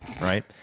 right